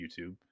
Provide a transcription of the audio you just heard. YouTube